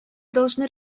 должны